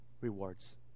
rewards